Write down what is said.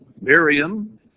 Miriam